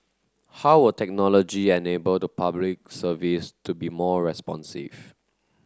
how will technology enable the Public Service to be more responsive